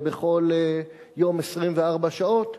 בכל יום 24 שעות,